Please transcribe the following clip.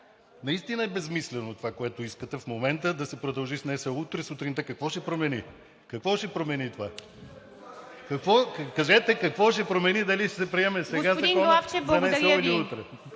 Наистина е безсмислено това, което искате в момента – да се продължи с НСО, а не утре сутринта, какво ще промени това? Кажете какво ще промени дали ще се приеме сега Законът за НСО или утре?